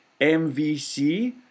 MVC